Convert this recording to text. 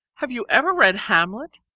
have you ever read hamlet?